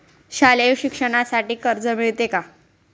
शालेय शिक्षणासाठी कर्ज मिळते का?